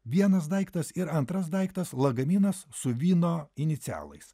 vienas daiktas ir antras daiktas lagaminas su vyno inicialais